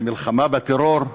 זה מלחמה בטרור?